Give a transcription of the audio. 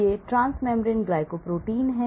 ये transmembrane glycoprotein हैं